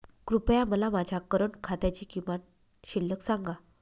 कृपया मला माझ्या करंट खात्याची किमान शिल्लक सांगा